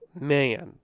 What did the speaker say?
man